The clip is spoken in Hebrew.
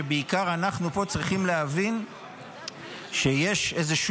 שבעיקר אנחנו פה צריכים להבין שיש איזשהו